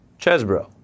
Chesbro